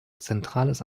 zentrales